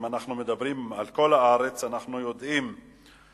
אם אנחנו מדברים על כל הארץ אנחנו יודעים לפי